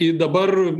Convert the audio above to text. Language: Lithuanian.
ir dabar